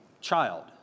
child